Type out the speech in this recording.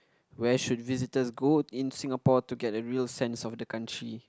where should visitors go in Singapore to get a real sense of the country